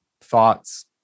thoughts